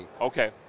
Okay